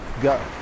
go